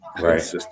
Right